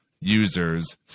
users